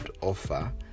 offer